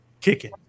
kicking